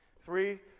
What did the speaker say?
Three